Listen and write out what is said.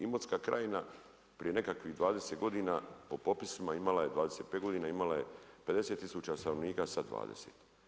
Imotska krajina prije nekakvih 20 godina po popisima imala je 25 godina, imala je 50000 stanovnika sad 20.